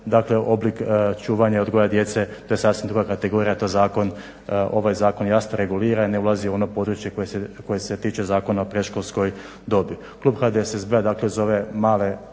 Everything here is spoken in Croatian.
dakle oblik čuvanja i odgoja djece to je sasvim druga kategorija, to zakon, ovaj zakon jasno regulira i ne ulazi u ono područje koje se tiče Zakona o predškolskoj dobi. Klub HDSSB-a dakle uz ove male